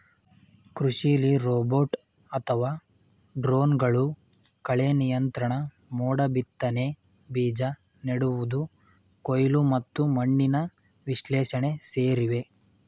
ಕೃಷಿಲಿ ರೋಬೋಟ್ ಅಥವಾ ಡ್ರೋನ್ಗಳು ಕಳೆನಿಯಂತ್ರಣ ಮೋಡಬಿತ್ತನೆ ಬೀಜ ನೆಡುವುದು ಕೊಯ್ಲು ಮತ್ತು ಮಣ್ಣಿನ ವಿಶ್ಲೇಷಣೆ ಸೇರಿವೆ